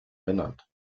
benannt